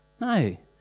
No